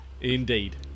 Indeed